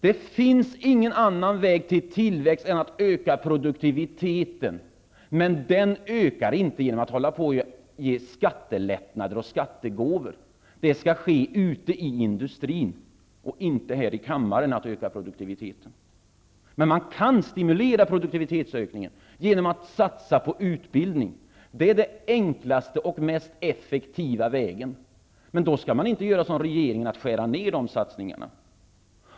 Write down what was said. Det finns ingen annan väg till tillväxt än att öka produktiviteten. Men den ökar inte genom att vi ger skattelättnader och skattegåvor. Det skall ske ute i industrin och inte här i kammaren, att öka produktiviteten. Man kan stimulera till produktivitetsökning genom att satsa på utbildning. Det är den enklaste och mest effektiva vägen. Men då skall man inte göra som regeringen och skära ner på de satsningarna.